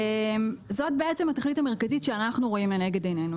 זאת בעצם התכלית המרכזית שאנחנו רואים לנגד עינינו,